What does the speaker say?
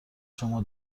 شما